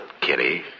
Kitty